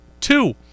Two